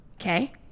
Okay